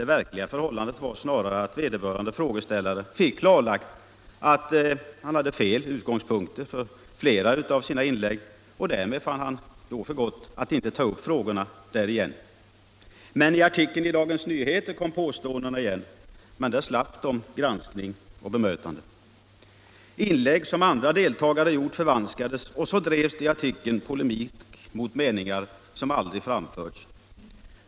Det verkliga förhållandet var snarare att vederbörande frågeställare fick klarlagt att han hade fel utgångspunkter för flera av sina inlägg, och därmed fann han för gott att inte på nytt ta upp frågorna vid mötet. I artikeln i Dagens Nyheter kom påståendena igen - men där slapp de granskning och bemötande. Inlägg som andra deltagare gjort förvanskades, och så drevs det i artikeln polemik mot meningar som aldrig framförts.